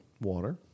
water